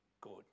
good